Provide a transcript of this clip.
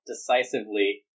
decisively